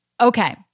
Okay